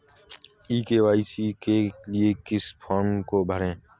ई KYC के लिए किस फ्रॉम को भरें?